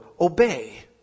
obey